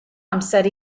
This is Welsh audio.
amser